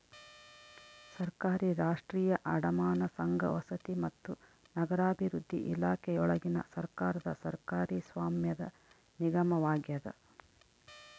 ಸರ್ಕಾರಿ ರಾಷ್ಟ್ರೀಯ ಅಡಮಾನ ಸಂಘ ವಸತಿ ಮತ್ತು ನಗರಾಭಿವೃದ್ಧಿ ಇಲಾಖೆಯೊಳಗಿನ ಸರ್ಕಾರದ ಸರ್ಕಾರಿ ಸ್ವಾಮ್ಯದ ನಿಗಮವಾಗ್ಯದ